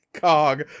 cog